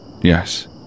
Yes